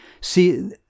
see